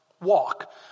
Walk